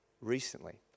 recently